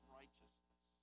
righteousness